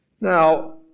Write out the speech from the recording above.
Now